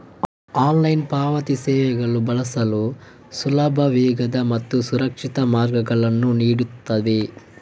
online ಪಾವತಿ ಸೇವೆಗಳು ಬಳಸಲು ಸುಲಭ, ವೇಗದ ಮತ್ತು ಸುರಕ್ಷಿತ ಮಾರ್ಗಗಳನ್ನು ನೀಡುತ್ತವೆ